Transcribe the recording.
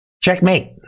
Checkmate